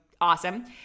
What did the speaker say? awesome